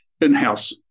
in-house